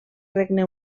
regne